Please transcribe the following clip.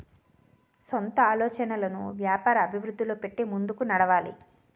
సొంత ఆలోచనలను వ్యాపార అభివృద్ధిలో పెట్టి ముందుకు నడవాలి